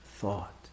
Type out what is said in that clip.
thought